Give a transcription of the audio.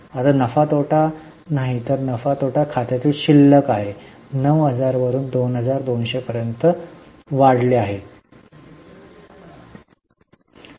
आता हे नफा तोटा नाही तर हे नफा आणि तोटा खात्यातील शिल्लक आहे जे 9000 वरून 22000 पर्यंत वाढले आहे